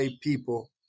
people